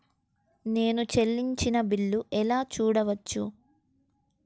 నేను చెల్లించిన బిల్లు ఎలా చూడవచ్చు?